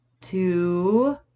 two